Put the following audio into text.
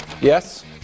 yes